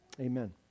Amen